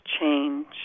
change